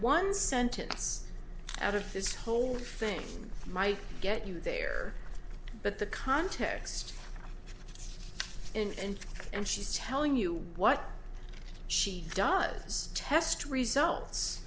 one sentence out of this whole thing might get you there but the context and and she's telling you what she does test results